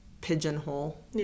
pigeonhole